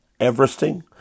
Everesting